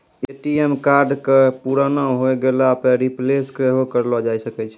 ATM कार्डो के पुराना होय गेला पे रिप्लेस सेहो करैलो जाय सकै छै